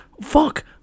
fuck